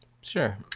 Sure